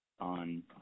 on